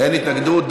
אין התנגדות.